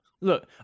Look